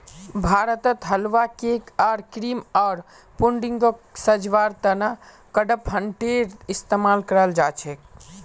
भारतत हलवा, केक आर क्रीम आर पुडिंगक सजव्वार त न कडपहनटेर इस्तमाल कराल जा छेक